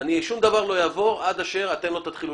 שום דבר שלא יעבור עד אשר אתם לא תתחילו